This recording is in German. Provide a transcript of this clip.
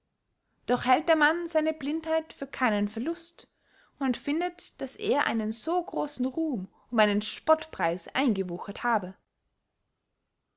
doch hält der mann seine blindheit für keinen verlust und findet daß er einen so grossen ruhm um einen spottpreis eingewuchert habe